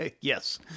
Yes